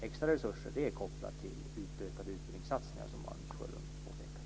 Extra resurser är kopplat till ökade utbildningssatsningar, som Anders Sjölund påpekar.